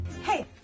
Hey